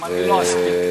אני לא אספיק.